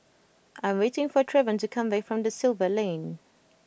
I'm waiting for Trevon to come back from Da Silva Lane